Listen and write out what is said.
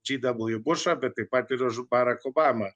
džy dablju bušą bet taip pat ir už barack obamą